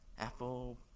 apple